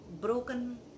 broken